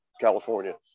California